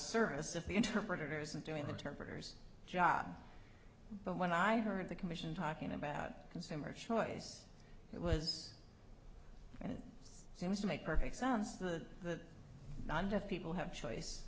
service if the interpreter isn't doing the temperature's job but when i heard the commission talking about consumer choice it was and it seems to make perfect sense that the not deaf people have choice